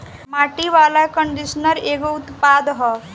माटी वाला कंडीशनर एगो उत्पाद ह